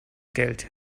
geld